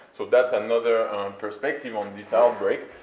so that's another perspective on this outbreak,